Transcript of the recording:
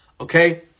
okay